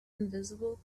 invisible